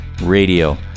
Radio